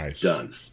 done